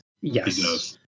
yes